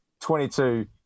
22